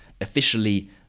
officially